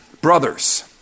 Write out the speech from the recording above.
Brothers